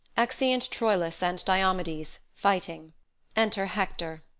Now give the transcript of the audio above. exeunt troilus and diomedes fighting enter hector